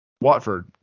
Watford